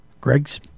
greg's